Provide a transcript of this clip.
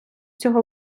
цього